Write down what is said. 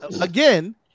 again